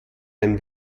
dein